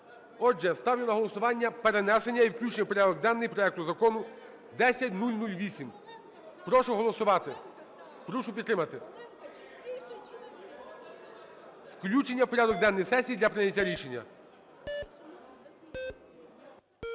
Отже, ставлю на голосування перенесення і включення в порядок денний проекту Закону 10008. Прошу голосувати, прошу підтримати. Включення в порядок денний сесії для прийняття рішення. 17:00:47